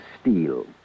steel